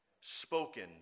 spoken